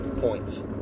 Points